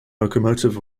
locomotive